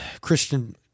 Christian